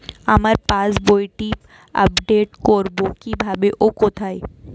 আমার পাস বইটি আপ্ডেট কোরবো কীভাবে ও কোথায়?